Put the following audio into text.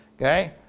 okay